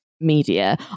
media